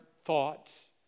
thoughts